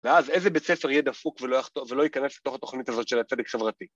ואז איזה בית ספר יהיה דפוק ולא ייכנס לתוך התוכנית הזאת של הצדק חברתי?